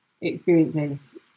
experiences